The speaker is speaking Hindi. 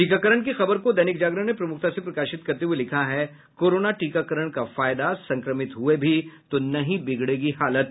टीकाकरण की खबर को दैनिक जागरण ने प्रमुखता से प्रकाशित करते हुये लिखा है कोरोना टीकाकरण का फायदा संक्रमित हुये भी तो नहीं बिगड़ेगी हालत